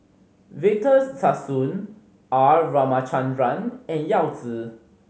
Victor Sassoon R Ramachandran and Yao Zi